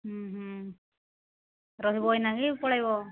ରହିବ ଏଇନାକି ପଳେଇବ